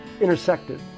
intersected